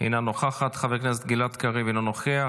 אינה נוכחת, חבר הכנסת גלעד קריב, אינו נוכח.